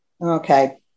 Okay